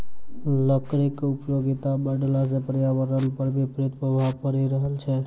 लकड़ीक उपयोगिता बढ़ला सॅ पर्यावरण पर विपरीत प्रभाव पड़ि रहल छै